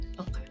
okay